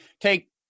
take